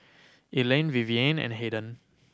Elaine Vivienne and Hayden